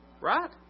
Right